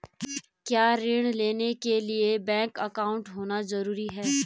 क्या ऋण लेने के लिए बैंक अकाउंट होना ज़रूरी है?